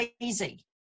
easy